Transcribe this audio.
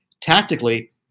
tactically